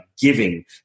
giving